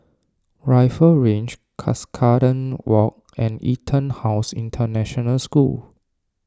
Rifle Range Cuscaden Walk and EtonHouse International School